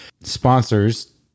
sponsors